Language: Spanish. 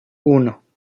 uno